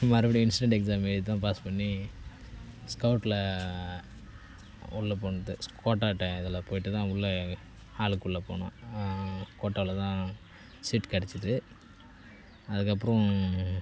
மறுபடியும் incident exam தான் எழுதி பாஸ் பண்ணி ஸ்கவுட்டில் உள்ளே போனது ஸ்கொவாட்டாக இதில் போய்தான் உள்ளே ஹால் குள்ளே போனோம் கோட்டாவில் தான் சீட் கிடச்சிது அதுக்கப்புறம்